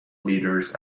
leaders